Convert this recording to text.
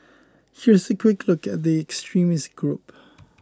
here is a quick look at the extremist group